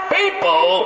people